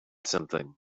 something